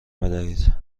بدهید